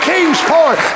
Kingsport